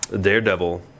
Daredevil